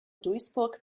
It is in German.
duisburg